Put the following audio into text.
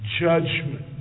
judgment